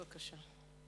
בבקשה.